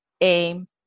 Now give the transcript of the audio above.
aim